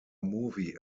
movie